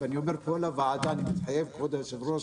כבוד היושב-ראש,